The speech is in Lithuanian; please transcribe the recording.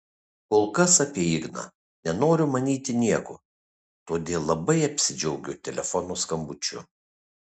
kol kas apie igną nenoriu manyti nieko todėl labai apsidžiaugiu telefono skambučiu